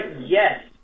yes